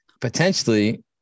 Potentially